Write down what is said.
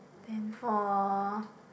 then for